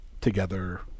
together